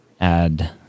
add